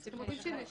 אתם רוצים שנשיב?